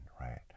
right